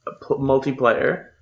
multiplayer